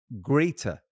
greater